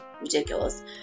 ridiculous